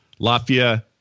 Latvia